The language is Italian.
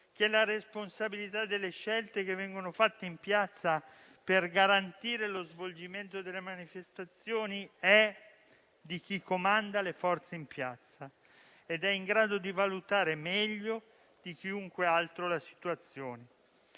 che la responsabilità delle scelte che vengono fatte per garantire lo svolgimento delle manifestazioni è di chi comanda le Forze dell'ordine in piazza ed è in grado di valutare meglio di chiunque altro la situazione.